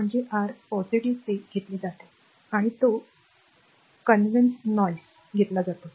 म्हणजेच r ते घेतले जाते आणि आणि तो खात्रीने आवाज घेतला जातो